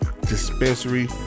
dispensary